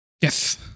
Yes